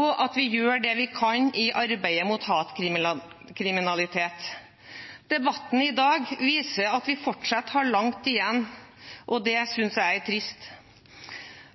og at vi gjør det vi kan i arbeidet mot hatkriminalitet. Debatten i dag viser at vi fortsatt har langt igjen, og det synes jeg er trist.